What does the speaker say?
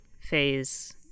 phase